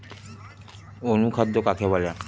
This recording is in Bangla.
অনুখাদ্য কাকে বলে?